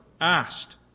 asked